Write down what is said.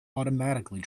automatically